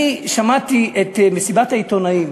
אני שמעתי את מסיבת העיתונאים